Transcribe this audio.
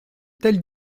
telle